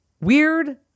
Weird